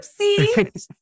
Oopsie